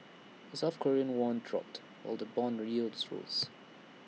the south Korean won dropped while the Bond yields rose